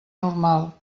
normal